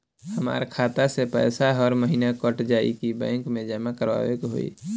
हमार खाता से पैसा हर महीना कट जायी की बैंक मे जमा करवाए के होई?